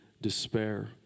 despair